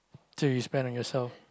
so you spend on yourself